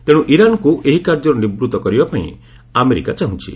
ତେଣ୍ୱ ଇରାନ୍କୁ ଏହି କାର୍ଯ୍ୟରୁ ନିବୃତ୍ତ କରିବାପାଇଁ ଆମେରିକା ଚାହୁଛି